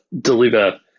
deliver